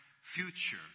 future